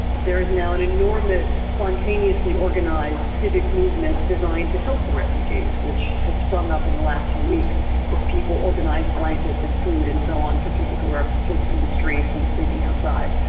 there is now an enormous spontaneously organised civic movement designed to help the refugees which has sprung up in the last few weeks as people organise blankets and food and so on for people who are sleeping in the streets and sleeping outside.